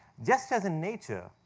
just as in nature,